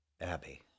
Abby